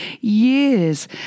years